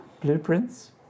Blueprints